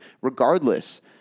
regardless